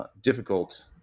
difficult